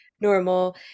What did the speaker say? normal